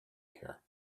care